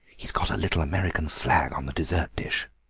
he has got a little american flag on the dessert dish,